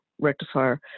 rectifier